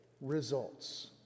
results